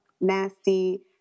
Nasty